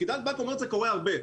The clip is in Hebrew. פקידת הבנק אומרת זה קורה הרבה.